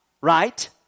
right